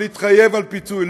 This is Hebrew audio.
ולהתחייב על פיצוי.